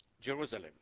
Jerusalem